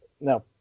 no